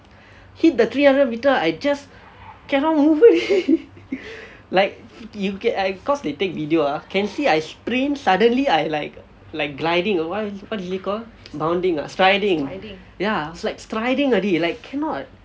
hit the three hundred I just cannot move already like you get cause they take video ah can see I sprint suddenly I like like gliding what what do you call bounding ah striding yeah I was like striding already like cannot